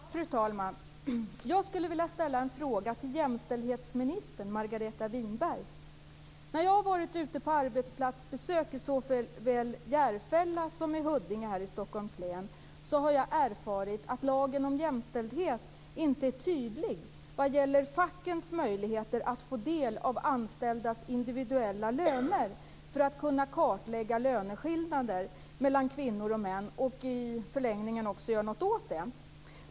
Fru talman! Jag skulle vilja ställa en fråga till jämställdhetsminister Margareta Winberg. När jag har varit ute på arbetsplatsbesök i såväl Järfälla som Huddinge här i Stockholms län har jag erfarit att lagen om jämställdhet inte är tydlig vad gäller fackens möjligheter att få del av anställdas individuella löner för att kunna kartlägga löneskillnader mellan kvinnor och män och i förlängningen också göra något åt dem.